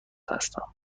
هستم